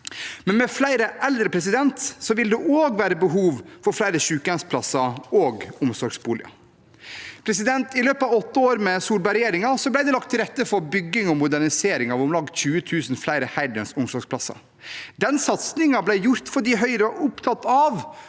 Med flere eldre vil det også være behov for flere sykehjemsplasser og omsorgsboliger. I løpet av åtte år med Solberg-regjeringen ble det lagt til rette for bygging og modernisering av om lag 20 000 flere heldøgns omsorgsplasser. Den satsingen ble gjort fordi Høyre er opptatt av